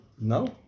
No